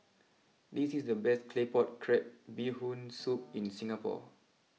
this is the best Claypot Crab Bee Hoon Soup in Singapore